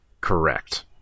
Correct